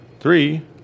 Three